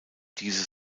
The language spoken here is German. diese